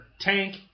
tank